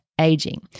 aging